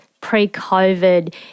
pre-COVID